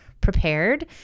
prepared